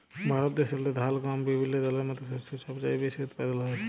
ভারত দ্যাশেল্লে ধাল, গহম বিভিল্য দলের মত শস্য ছব চাঁয়ে বেশি উৎপাদল হ্যয়